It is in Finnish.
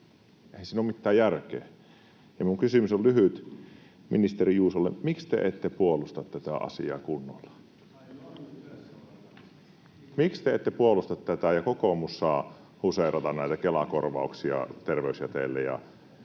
Eihän siinä ole mitään järkeä. Minun kysymykseni on lyhyt ministeri Juusolle: Miksi te ette puolusta tätä asiaa kunnolla? [Ben Zyskowiczin välihuuto] Miksi te ette puolusta tätä ja kokoomus saa huseerata näitä Kela-korvauksia terveysjäteille?